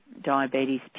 diabetes